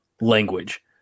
language